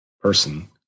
person